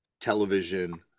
Television